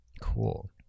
Cool